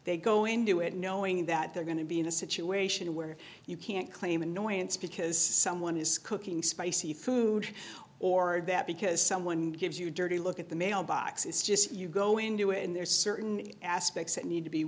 they go in do it knowing that they're going to be in a situation where you can't claim annoyance because someone is cooking spicy food or or that because someone gives you a dirty look at the mailbox is just you go into it and there's certain aspects that need to be